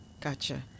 Gotcha